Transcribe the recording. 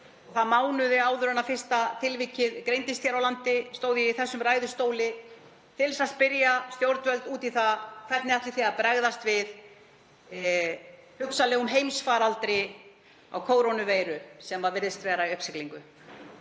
upphafi, mánuði áður en fyrsta tilvikið greindist hér á landi, stóð ég í þessum ræðustól til þess að spyrja stjórnvöld út í hvernig þau ætluðu að bregðast við hugsanlegum heimsfaraldri kórónuveiru sem virtist vera í uppsiglingu.